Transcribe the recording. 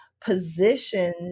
position